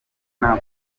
nta